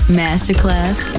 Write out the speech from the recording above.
masterclass